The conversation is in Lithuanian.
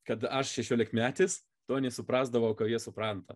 kad aš šešiolikmetis to nesuprasdavau ką jie supranta